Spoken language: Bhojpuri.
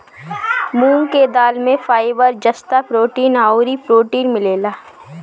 मूंग के दाल में फाइबर, जस्ता, प्रोटीन अउरी प्रोटीन मिलेला